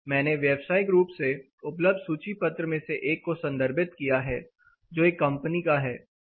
मैंने व्यावसायिक रूप से उपलब्ध सूची पत्र में से एक को संदर्भित किया है जो एक कंपनी का है